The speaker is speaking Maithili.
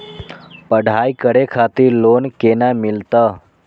पढ़ाई करे खातिर लोन केना मिलत?